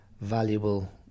valuable